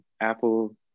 Apple